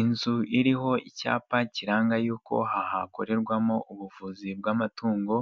Inzu iriho icyapa kiranga yuko aha hakorerwamo ubuvuzi bw'amatungo,